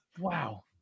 Wow